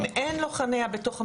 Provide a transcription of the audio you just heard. אם אין לו חניה בתוך המגרש,